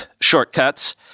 shortcuts